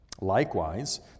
Likewise